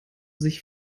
sich